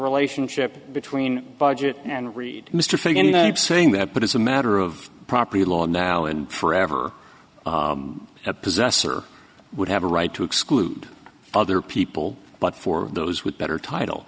relationship between budget and read mr saying that but it's a matter of property law now and forever the possessor would have a right to exclude other people but for those with better title